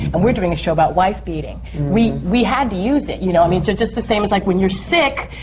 and we're doing a show about wife-beating. we we had to use it, you know i mean so just the same as like when you're sick,